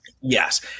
Yes